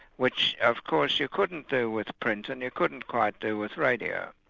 which of course you couldn't do with print, and you couldn't quite do with radio.